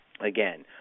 again